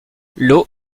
l’eau